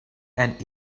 and